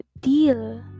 deal